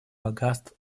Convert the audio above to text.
богатств